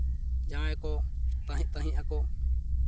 ᱡᱟᱦᱟᱸᱭ ᱠᱚ ᱛᱟᱦᱮᱸᱫ ᱛᱟᱦᱮᱸ ᱟᱠᱚ